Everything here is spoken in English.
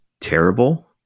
terrible